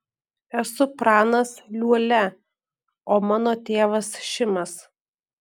esu pranas liuolia o mano tėvas šimas